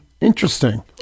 Interesting